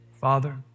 Father